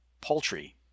poultry